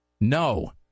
No